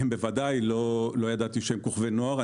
בוודאי לא ידעתי שהם כוכבי נוער.